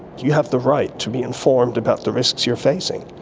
you have the right to be informed about the risks you are facing,